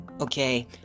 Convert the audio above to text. okay